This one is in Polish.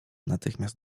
natychmiast